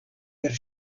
per